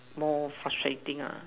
more frustrating ah